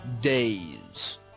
days